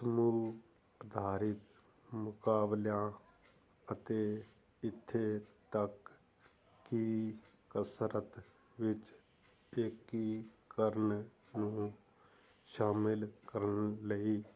ਸਮੂਹ ਅਧਾਰਿਤ ਮੁਕਾਬਲਿਆਂ ਅਤੇ ਇੱਥੇ ਤੱਕ ਕਿ ਕਸਰਤ ਵਿੱਚ ਏਕੀਕਰਨ ਨੂੰ ਸ਼ਾਮਿਲ ਕਰਨ ਲਈ